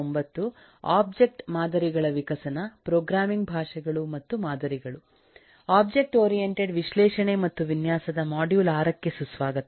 object ಮಾದರಿಗಳ ವಿಕಸನ programming ಭಾಷೆಗಳು ಮತ್ತು ಮಾದರಿಗಳು ಒಬ್ಜೆಕ್ಟ್ ಓರಿಯಂಟೆಡ್ ವಿಶ್ಲೇಷಣೆ ಮತ್ತು ವಿನ್ಯಾಸದ ಮಾಡ್ಯೂಲ್ 6ಕ್ಕೆ ಸುಸ್ವಾಗತ